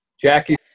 Jackie